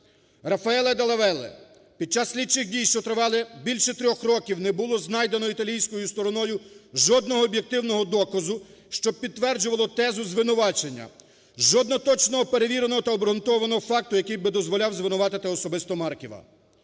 Раффаеллі Делла Валле. Під час слідчих дій, що тривали більше трьох років, не було знайдено італійською стороною жодного об'єктивного доказу, що підтверджувало б тезу звинувачення, жодного точного перевіреного та обґрунтованого факту, який би дозволяв звинуватити особисто Марківа.